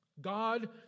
God